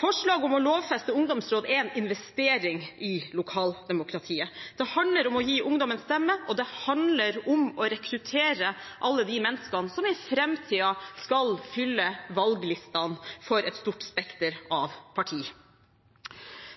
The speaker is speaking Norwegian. Å lovfeste ungdomsråd er en investering i lokaldemokratiet. Det handler om å gi ungdom en stemme, og det handler om å rekruttere alle de menneskene som i framtiden skal fylle valglistene for et stort spekter av partier.